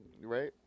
Right